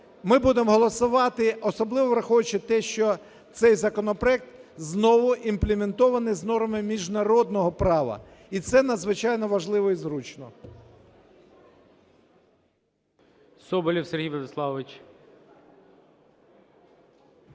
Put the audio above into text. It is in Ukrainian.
ми будемо голосувати, особливо враховуючи те, що цей законопроект, знову, імплементований з нормами міжнародного права. І це надзвичайно важливо і зручно.